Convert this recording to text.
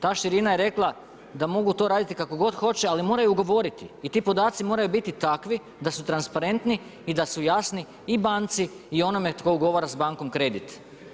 Ta širina je rekla da mogu to raditi kako god hoće ali moraju ugovoriti i ti podaci moraju biti takvi da su transparentni i da su jasni i banci i onome tko ugovara s bankom kredit.